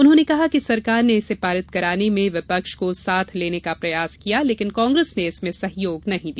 उन्होंने कहा कि सरकार ने इसे पारित कराने में विपक्ष को साथ लेने का प्रयास किया लेकिन कांग्रेस ने इसमें सहयोग नहीं किया